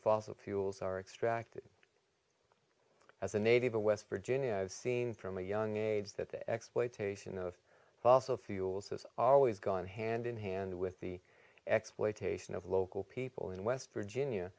fossil fuels are extracted as a native of west virginia i've seen from a young age that the exploitation of fossil fuels has always gone hand in hand with the exploitation of local people in west virginia